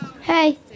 Hey